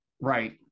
Right